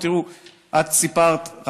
את סיפרת,